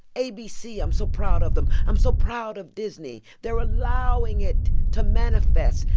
abc, i'm so proud of them. i'm so proud of disney. they're allowing it to manifest,